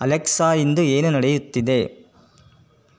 Alexa ಇಂದು ಏನು ನಡೆಯುತ್ತಿದೆ